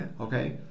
okay